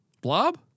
Blob